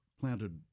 planted